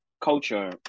culture